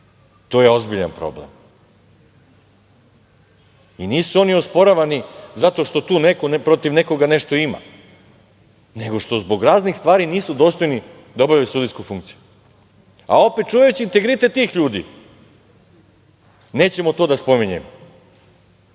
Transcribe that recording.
to je ozbiljan problem. Nisu oni osporavani zato što tu neko protiv nekoga nešto ima, nego što zbog raznih stvari nisu dostojni da obavljaju sudijsku funkciju. Opet čuvajući integritet tih ljudi, nećemo to da spominjemo.